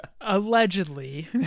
Allegedly